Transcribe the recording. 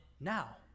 now